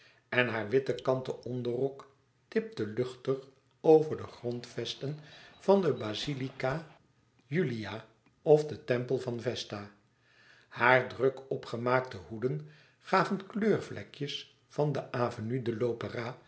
en hare witte kanten onderrok tipte luchtig over de grondvesten van de basque julia of den tempel van vesta hare druk opgemaakte hoeden gaven kleurvlekjes van de avenue de